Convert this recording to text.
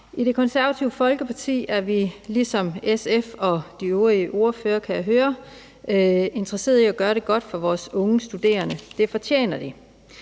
I Det Konservative Folkeparti er vi ligesom SF og, kan jeg høre, de øvrige partier, interesseret i at gøre det godt for vores unge studerende – det fortjener de.